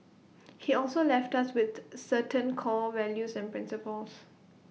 he also left us with certain core values and principles